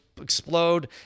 explode